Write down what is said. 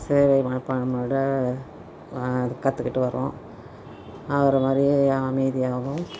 சேவை மனப்பான்மையோடு கற்றுக்கிட்டு வரோம் அவரை மாதிரி அமைதியாகவும்